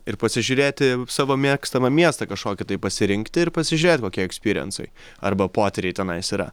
ir pasižiūrėti savo mėgstamą miestą kažkokį tai pasirinkti ir pasižiūrėt kokie ekspyriensai arba potyriai tenais yra